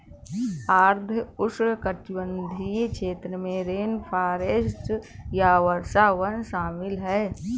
आर्द्र उष्णकटिबंधीय क्षेत्र में रेनफॉरेस्ट या वर्षावन शामिल हैं